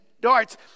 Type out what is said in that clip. darts